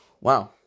wow